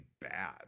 bad